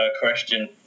question